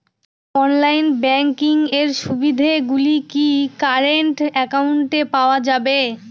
Online banking এর সুবিধে গুলি কি কারেন্ট অ্যাকাউন্টে পাওয়া যাবে?